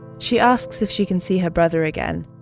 she asks if she can see her brother again.